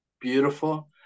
beautiful